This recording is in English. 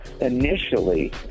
Initially